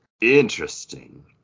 Interesting